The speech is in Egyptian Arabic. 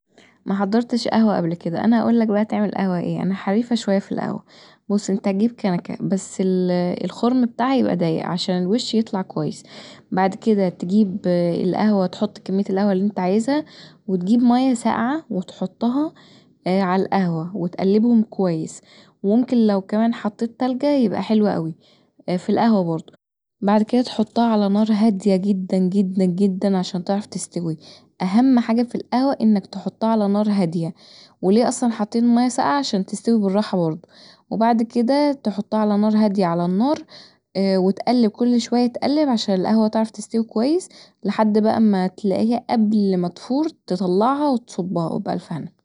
محضرتش قهوة قبل كدا انا بقي هقولك تعمل قهوة ايه، انا حريفه شويه في القهوة بص انت هتجيب كنكه بس الخرم بتاعها يبقي ضيق عشان الوش يطلع كويس بعد كدا تجيب القهوة تحط كمية القهوة اللي انت عايزها وتجيب ميه ساقعه وتحطها علي القهوة وتقلبهم كويس وممكن كمان لو حطيت تلجه يبقي حلو اوي في القهوة برضو، بعد كدا تحطها علي نار هاديه جدا جدا عشان تعرف تستوي اهم حاجه في القهوة انك تحطها علي نار هاديه وليه اصلا حاطين الميه ساقعه عشان تستوي براحه برضو وبعد كدا تحطها علي نار هاديه علي النار وتقلب كل شويه تقلب عشان القهوة تعرف تستوي كويس لحد ما تلاقيها بقي قبل ما تفور تطلعها وتصبها وبألف هنا